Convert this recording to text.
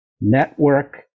network